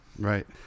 right